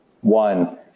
One